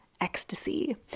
ecstasy